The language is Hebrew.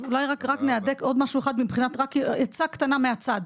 אולי נהדק ועצה קטנה מהצד.